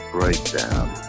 Breakdown